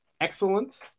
excellent